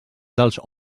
dels